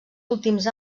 últims